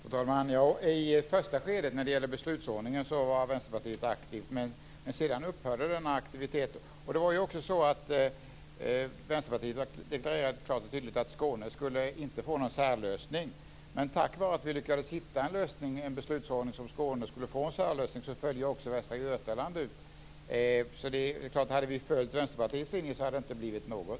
Fru talman! I första skedet när det gällde beslutsordningen var Vänsterpartiet aktivt, men sedan upphörde denna aktivitet. Vänsterpartiet deklarerade också klart och tydligt att Skåne inte skulle få någon särlösning. Men tack vare att vi lyckades hitta en beslutsordning som innebar att Skåne skulle få en särlösning föll också Västra Götaland ut. Hade vi följt Vänsterpartiets linje hade det inte blivit något.